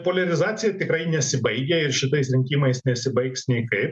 poliarizacija tikrai nesibaigia ir šitais rinkimais nesibaigs nei kaip